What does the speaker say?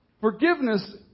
Forgiveness